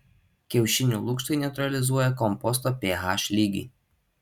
kiaušinių lukštai neutralizuoja komposto ph lygį